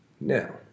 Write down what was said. now